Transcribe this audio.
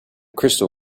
crystal